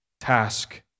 task